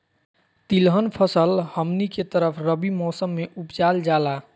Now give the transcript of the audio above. तिलहन फसल हमनी के तरफ रबी मौसम में उपजाल जाला